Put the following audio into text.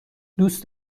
دوست